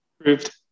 Approved